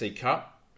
Cup